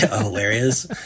hilarious